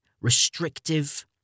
restrictive